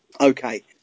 Okay